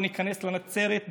בוא ניכנס לנצרת,